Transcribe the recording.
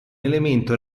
elemento